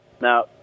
Now